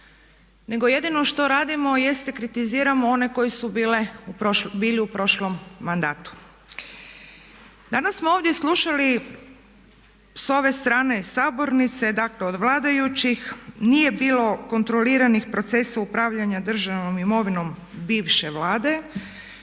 nego jedino što radimo jeste kritiziramo one koji su bili u prošlom mandatu. Danas smo ovdje slušali s ove strane sabornice, dakle od vladajućih, nije bilo kontroliranih procesa upravljanja državnom imovinom bivše Vlade,